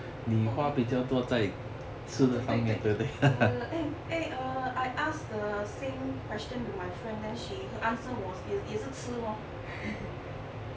err 对对 eh eh err I ask the same question to my frend and then she her answer was 也是吃 lor